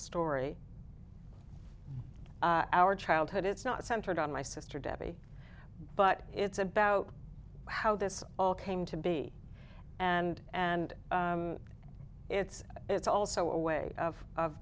story our childhood it's not centered on my sister debbie but it's about how this all came to be and and it's it's also a way of